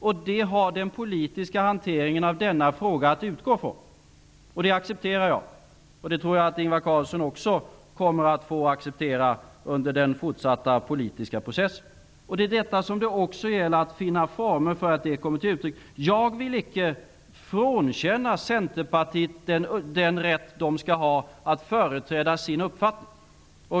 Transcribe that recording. Detta har den politiska hanteringen av denna fråga att utgå från. Det accepterar jag, och det tror jag att Ingvar Carlsson också kommer att få acceptera under den fortsatta politiska processen. Det gäller också att finna former för att detta skall komma till uttryck. Jag vill icke frånkänna Centern rätten att företräda sin uppfattning.